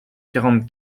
quarante